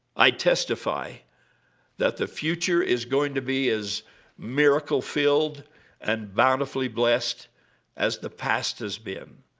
i testify that the future is going to be as miracle-filled and bountifully blessed as the past has been.